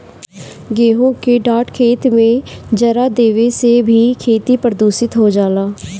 गेंहू के डाँठ खेत में जरा देवे से भी खेती प्रदूषित हो जाला